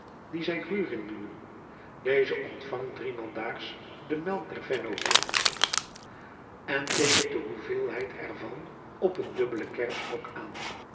dien zij grurin noemen deze ontvangt driemaal daags de melk der vennooten en teekent de hoeveelheid er van op een dubbelen kerfstok aan